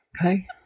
Okay